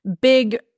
big